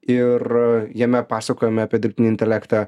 ir jame pasakojome apie dirbtinį intelektą